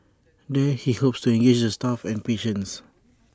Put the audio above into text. there he hopes to engage the staff and patients